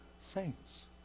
saints